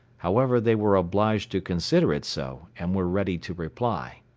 however, they were obliged to consider it so, and were ready to reply.